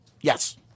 Yes